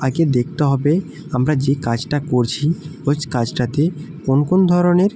আগে দেখতে হবে আমরা যে কাজটা করছি ওই কাজটাতে কোন কোন ধরনের